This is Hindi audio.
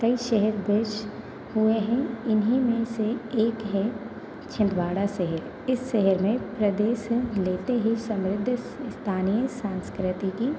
कई शहर बसे हुए हैं इन्हीं में से एक है छिंदवाड़ा शहर इस शहर में प्रदेश लेते ही समृद्ध स्थानीय संस्कृति की